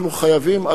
אנחנו חייבים,